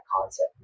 concept